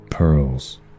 Pearls